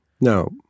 no